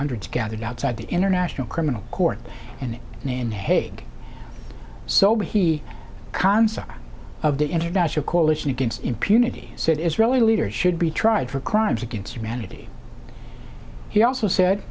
hundreds gathered outside the international criminal court and in hague so he concept of the international coalition against impunity said israeli leaders should be tried for crimes against humanity he also said